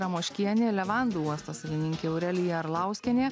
ramoškienė levandų uosto savininkė aurelija arlauskienė